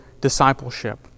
discipleship